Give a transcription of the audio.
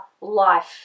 life